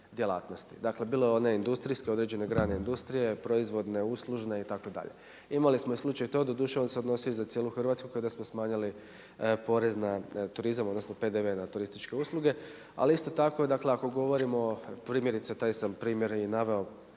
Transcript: dakle bile one industrijske određene grane industrije, proizvodne, uslužne itd. Imali smo i slučaj to doduše on se odnosio za cijelu Hrvatsku kada smo smanjili porez na turizam odnosno PDV na turističke usluge, ali isto tako kada govorimo primjerice, taj sam primjer i naveo